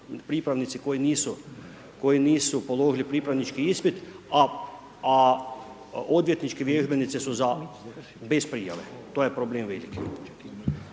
koji nisu položili pripravnički ispit, a odvjetnički vježbenici su za bez prijave. To je problem veliki.